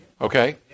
okay